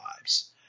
lives